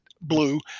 blue